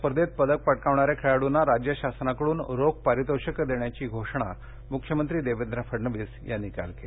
या स्पर्धेत पदक पटकावणाऱ्या खेळाडूंना राज्य शासनाकडून रोख पारितोषिक देण्याची घोषणा मुख्यमंत्री देवेंद्र फडणवीस यांनी काल केली